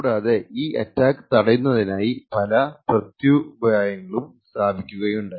കൂടാതെ ഈ അറ്റാക്ക് തടയുന്നതിനായി പല പ്രത്യുപായങ്ങളും സ്ഥാപിക്കുകയുണ്ടായി